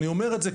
אני אומר את זה,